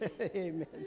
Amen